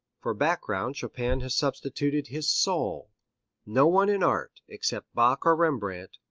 for background chopin has substituted his soul no one in art, except bach or rembrandt,